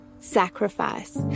sacrifice